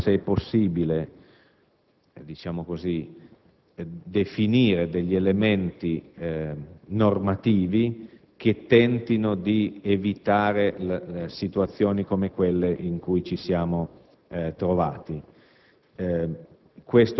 verificando se è possibile definire elementi normativi che tentino di evitare situazioni come quelle in cui ci siamo trovati.